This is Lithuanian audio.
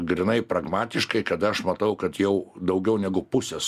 grynai pragmatiškai kada aš matau kad jau daugiau negu pusės